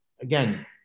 again